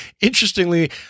interestingly